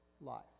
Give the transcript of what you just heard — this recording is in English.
life